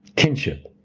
kinship,